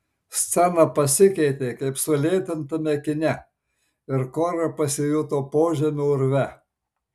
scena pasikeitė kaip sulėtintame kine ir kora pasijuto požemio urve